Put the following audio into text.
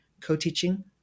co-teaching